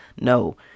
No